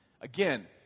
again